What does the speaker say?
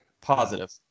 Positive